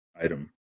item